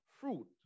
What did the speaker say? fruit